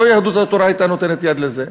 לא יהדות התורה הייתה נותנת יד לזה.